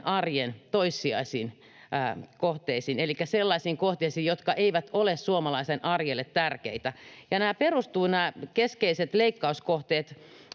arjen toissijaisiin kohteisiin elikkä sellaisiin kohteisiin, jotka eivät ole suomalaisen arjelle tärkeitä. Nämä keskeiset leikkauskohteet perustuvat